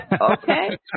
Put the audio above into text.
Okay